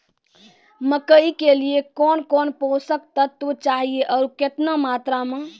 मकई के लिए कौन कौन पोसक तत्व चाहिए आरु केतना मात्रा मे?